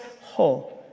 whole